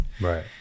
Right